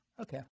Okay